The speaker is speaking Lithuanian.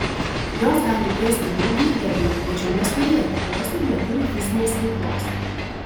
jos gali ėsti daug ir riebiai tačiau nestorėti nors ir neturi fizinės veiklos